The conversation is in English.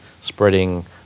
spreading